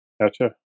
Gotcha